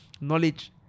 knowledge